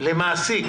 יש למעסיק